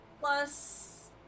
plus